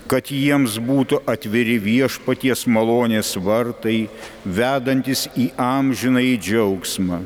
kad jiems būtų atviri viešpaties malonės vartai vedantys į amžinąjį džiaugsmą